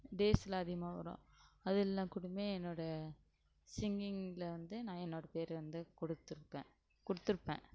டேஸில் அதிகமாக வரும் அது எல்லாக்கூடுமே என்னோடய சிங்கிங்கில் வந்து நான் என்னோடய பேர் வந்து கொடுத்துருப்பேன் கொடுத்துருப்பேன்